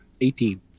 Eighteen